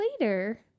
later